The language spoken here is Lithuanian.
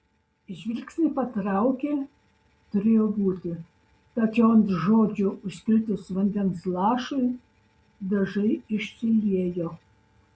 žvilgsnį patraukė turėjo būti tačiau ant žodžių užkritus vandens lašui dažai išsiliejo